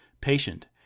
patient